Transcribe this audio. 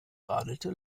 radelte